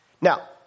Now